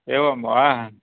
एवं वा